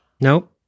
Nope